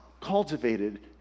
cultivated